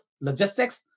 logistics